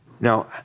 Now